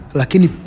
lakini